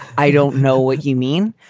i don't know what you mean,